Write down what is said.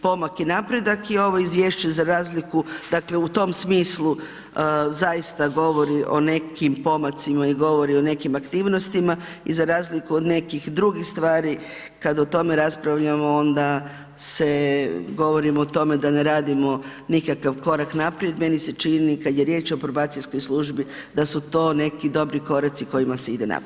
Pomak i napredak je ovo izvješće za razliku, dakle u tom smislu zaista govori o nekim pomacima i govori o nekim aktivnostima i za razliku od nekih drugih stvari, kad o tome raspravljamo onda se govorimo o tome da ne radimo nikakav korak naprijed, meni se čini kad je riječ o probacijskoj službi da su to neki dobri koraci kojima se ide naprijed.